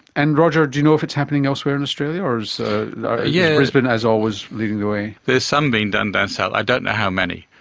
and roger, do you know if it's happening elsewhere in australia or is yeah brisbane, as always, leading the way? there's some being done down south, i don't know how many.